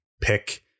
pick